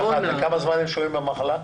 וכמה זמן הם שוהים במחלה?